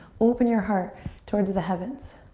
open your heart towards the heavens.